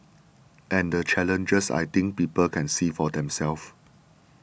and the challenges I think people can see for themselves